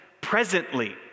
presently